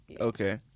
Okay